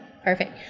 Perfect